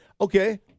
okay